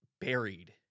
buried